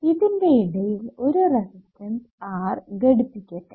ഇതിന്റെ ഇടയിൽ ഒരു റെസിസ്റ്റൻസ് R ഘടിപ്പിക്കട്ടെ